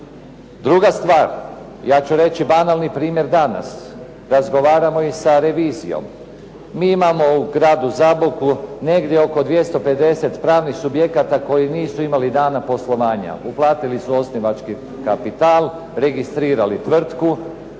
Druga stvar, ja ću reći banalni primjer danas. Razgovaramo i sa revizijom. Mi imamo u gradu Zaboku negdje oko 250 pravnih subjekata koji nisu imali dana poslovanja. Uplatili su osnivački kapital, registrirali tvrtku,